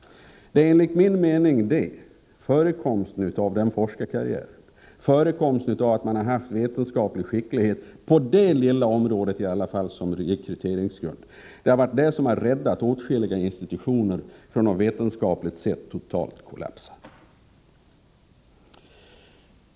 Det är enligt min mening det kravet på vetenskaplig skicklighet som rekryteringsgrund åtminstone på detta lilla område som har räddat åtskilliga institutioner från att vetenskapligt sett helt kollapsa.